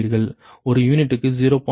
ஒரு யூனிட்டுக்கு 0